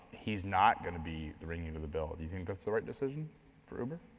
he's not gonna be the ringing of the bell. do you think that's the right decision for uber?